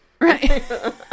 Right